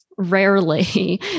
rarely